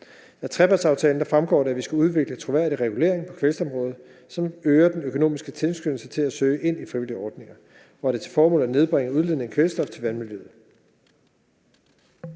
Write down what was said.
Af trepartsaftalen fremgår det, at vi skal udvikle troværdig regulering på kvælstofområdet, som øger den økonomiske tilskyndelse til at søge ind i frivillige ordninger, hvor formålet er at nedbringe udledningen af kvælstof til vandmiljøet.